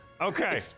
Okay